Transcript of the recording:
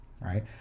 Right